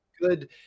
good